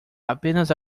apenas